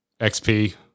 XP